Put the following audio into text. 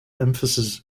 emphasis